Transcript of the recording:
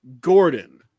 Gordon